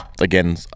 again